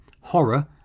horror